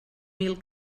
mil